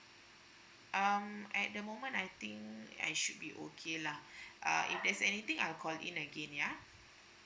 um at the moment I think I should be okay lah uh if there's anything I'll call in again yeah